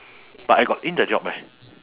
but I got in the job eh